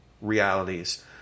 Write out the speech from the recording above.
realities